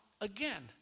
again